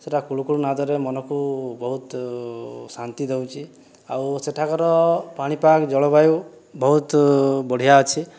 ସେଟା କୂଳୁ କୂଳୁ ନାଦରେ ମନକୁ ବହୁତ ଶାନ୍ତି ଦେଉଛି ଆଉ ସେଠାକାର ପାଣିପାଗ ଜଳବାୟୁ ବହୁତ ବଢ଼ିଆ ଅଛି